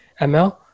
ML